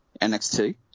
NXT